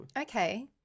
Okay